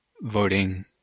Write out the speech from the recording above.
voting